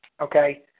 okay